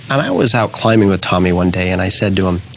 and i was out climbing with tommy one day and i said to him,